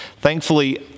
Thankfully